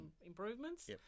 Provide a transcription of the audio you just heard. improvements